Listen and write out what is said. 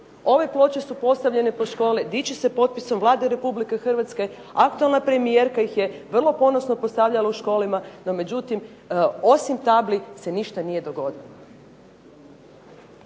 Ove ploče su postavljene pred škole, diči se potpisom Vlade Republike Hrvatske, aktualna premijerka ih je vrlo ponosno postavljala u školama, no međutim osim tabli se ništa nije dogodilo.